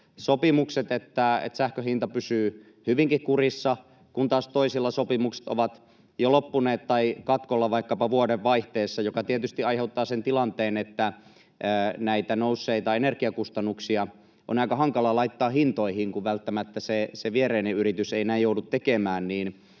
sopimukset, että sähkön hinta pysyy hyvinkin kurissa, kun taas toisilla sopimukset ovat jo loppuneet tai katkolla vaikkapa vuodenvaihteessa, mikä tietysti aiheuttaa sen tilanteen, että näitä nousseita energiakustannuksia on aika hankala laittaa hintoihin, kun välttämättä se viereinen yritys ei näin joudu tekemään.